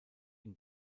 ihn